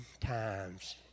times